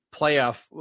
playoff